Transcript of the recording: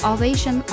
Ovation